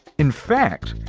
in fact,